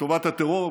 לטובת הטרור,